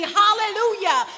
hallelujah